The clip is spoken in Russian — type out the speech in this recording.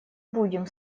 будем